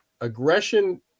aggression